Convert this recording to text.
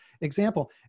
example